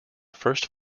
first